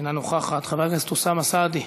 אינה נוכחת, חבר הכנסת אוסאמה סעדי,